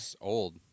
Old